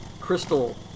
crystal